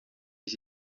iki